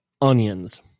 Onions